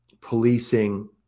policing